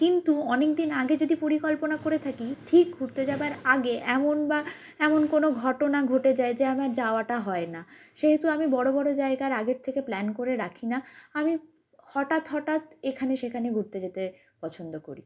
কিন্তু অনেক দিন আগে যদি পরিকল্পনা করে থাকি ঠিক ঘুরতে যাবার আগে এমন বা এমন কোনো ঘটনা ঘটে যায় যে আমার যাওয়াটা হয় না সেহেতু আমি বড় বড় জায়গার আগের থেকে প্ল্যান করে রাখি না আমি হঠাৎ হঠাৎ এখানে সেখানে ঘুরতে যেতে পছন্দ করি